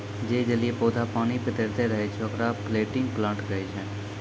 जे जलीय पौधा पानी पे तैरतें रहै छै, ओकरा फ्लोटिंग प्लांट कहै छै